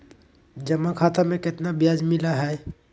जमा खाता में केतना ब्याज मिलई हई?